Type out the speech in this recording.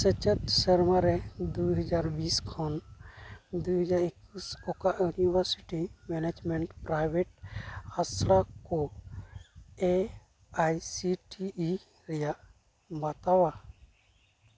ᱥᱮᱪᱮᱫ ᱥᱮᱨᱢᱟᱨᱮ ᱫᱩᱦᱟᱡᱟᱨ ᱵᱤᱥ ᱠᱷᱚᱱ ᱫᱩᱦᱟᱡᱟᱨ ᱮᱠᱩᱥ ᱚᱠᱟ ᱤᱭᱩᱱᱤᱵᱷᱟᱨᱥᱤᱴᱤ ᱢᱮᱱᱮᱡᱽᱢᱮᱱᱴ ᱯᱨᱟᱭᱵᱷᱮᱴ ᱟᱥᱲᱟᱠᱚ A I C T E ᱨᱮᱭᱟᱜ ᱵᱟᱛᱟᱣᱟ